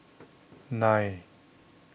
nine